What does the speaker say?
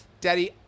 daddy